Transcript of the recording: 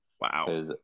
Wow